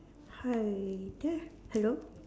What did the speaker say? hi there hello